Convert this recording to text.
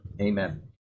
Amen